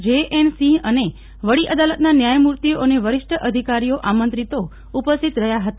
જે એન સિંહ અને વડી અદાલત ના ન્યાયમૂર્તિઓ અને વરિષ્ઠ અધિકારીઓ આમંત્રિતો ઉપસ્થિત રહ્યા હતા